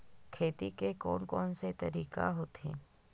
खेती के कोन कोन से तरीका होथे?